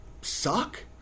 suck